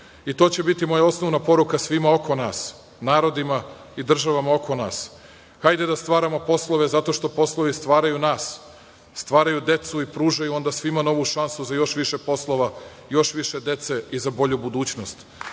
će biti moja osnovna poruka svima oko nas, narodima i državama oko nas. Hajde da stvaramo poslove zato što poslovi stvaraju nas, stvaraju decu i pružaju svima novu šansu za još više poslova, još više dece za bolju budućnost.